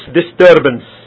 disturbance